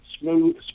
smooth